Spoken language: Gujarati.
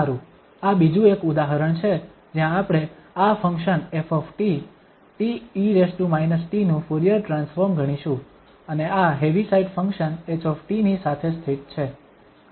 સારું આ બીજું એક ઉદાહરણ છે જ્યાં આપણે આ ફંક્શન ƒ te t નું ફુરીયર ટ્રાન્સફોર્મ ગણીશું અને આ હેવીસાઇડ ફંક્શન H ની સાથે સ્થિત છે